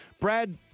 Brad